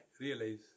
Realize